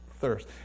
thirst